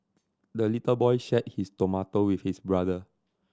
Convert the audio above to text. the little boy shared his tomato with his brother